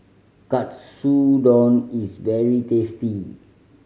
katsudon is very tasty